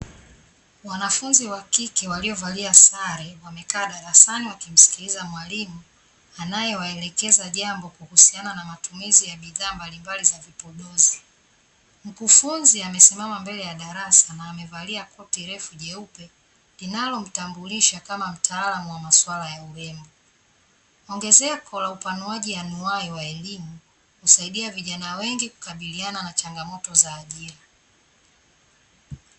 Wanafunzi wa kike waliovalia sare wamekaa darasani wakimsikiliza mwalimu anayewaelekeza jambo kuhusiana na matumizi ya bidhaa mbalimbali za vipodozi. Mkufunzi amesimama mbele ya darasa na amevalia koti refu jeupe linalomtambulisha kama mtaalam wa maswala ya urembo. Ongezeko la upanuaji aina hiyo wa elimu husaidia vijana wengi kukabiliana na changamoto za ajira.